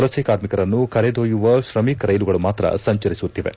ವಲಸೆ ಕಾರ್ಮಿಕರನ್ನು ಕರೆದೊಯ್ಯುವ ಶ್ರಮಿಕ್ ರೈಲುಗಳು ಮಾತ್ರ ಸಂಚರಿಸುತ್ತಿವೆ